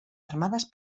armadas